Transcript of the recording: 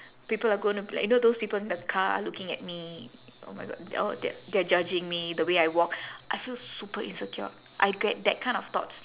people are gonna be like you know those people in the car looking at me oh my god oh they a~ they are judging me the way I walk I feel super insecure I get that kind of thoughts